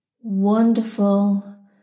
wonderful